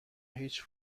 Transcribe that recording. هیچ